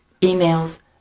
emails